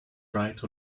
bright